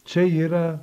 čia yra